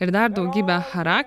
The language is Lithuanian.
ir dar daugybę chara